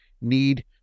need